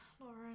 Lauren